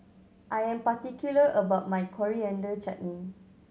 I am particular about my Coriander Chutney